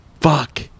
Fuck